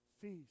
feast